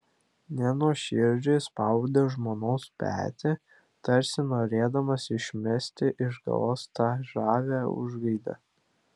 nenuoširdžiai spaudė žmonos petį tarsi norėdamas išmesti iš galvos tą žavią užgaidą